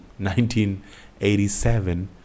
1987